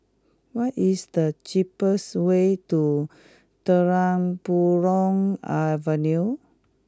what is the cheapest way to Terang Bulan Avenue